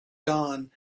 don